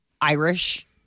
Irish